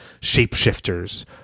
shapeshifters